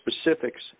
specifics